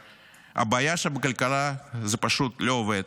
הבעיה היא שבכלכלה זה פשוט לא עובד,